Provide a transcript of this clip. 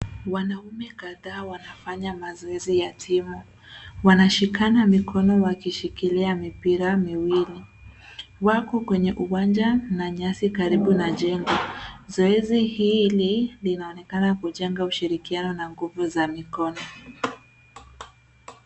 Wanaume kadhaa wanafanya mazoezi ya timu wanashikana mikono wakishikilia mipira miwili wako kwenye uwanja na nyasi karibu na jengo. Zoezi hili linaonekana kujenga ushirikiani na nguzu za mikono.